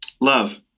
Love